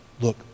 look